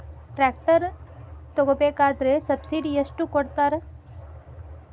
Tractor ತಗೋಬೇಕಾದ್ರೆ subsidy ಎಷ್ಟು ಕೊಡ್ತಾರ?